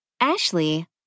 Ashley